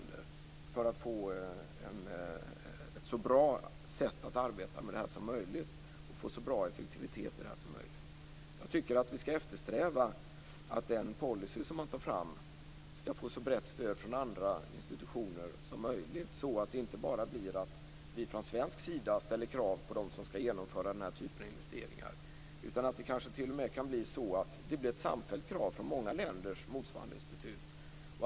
På så sätt kan vi få ett så bra sätt att arbeta med det här som möjligt, och även få så bra effektivitet i det här som möjligt. Jag tycker att vi skall eftersträva att den policy man tar fram skall få ett så brett stöd från andra institutioner som möjligt, så att det inte bara är vi från svensk sida som ställer krav på dem som skall genomföra den här typen av investeringar. Det kan kanske t.o.m. bli ett samfällt krav från många länders motsvarande institut.